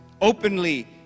openly